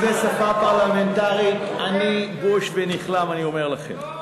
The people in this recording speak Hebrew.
אם זו שפה פרלמנטרית אני בוש ונכלם, אני אומר לכם.